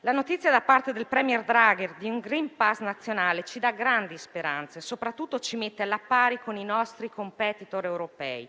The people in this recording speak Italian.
La notizia del *premier* Draghi di un *green pass* nazionale ci dà grandi speranze e soprattutto ci mette alla pari con i nostri *competitor* europei.